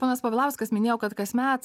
ponas povilauskas minėjo kad kasmet